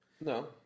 no